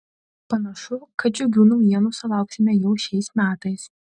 panašu kad džiugių naujienų sulauksime jau šiais metais